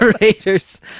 Raiders